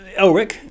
Elric